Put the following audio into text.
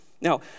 Now